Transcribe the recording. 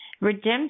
Redemption